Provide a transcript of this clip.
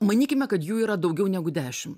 manykime kad jų yra daugiau negu dešim